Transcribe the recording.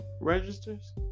registers